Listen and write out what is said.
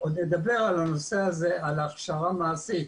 עוד נדבר על הנושא של הכשרה מעשית,